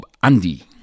Andy